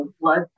blood